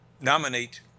nominate